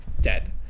Dead